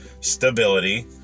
stability